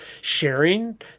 sharing